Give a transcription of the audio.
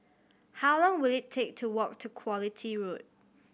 how long will it take to walk to Quality Road